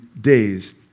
days